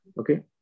Okay